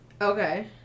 Okay